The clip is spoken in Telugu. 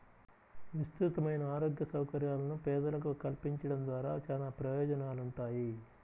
విస్తృతమైన ఆరోగ్య సౌకర్యాలను పేదలకు కల్పించడం ద్వారా చానా ప్రయోజనాలుంటాయి